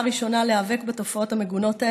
הראשונה להיאבק בתופעות המגונות האלה,